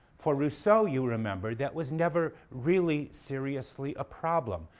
for rousseau, you remember, that was never really seriously a problem.